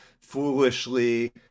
foolishly